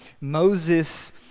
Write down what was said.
Moses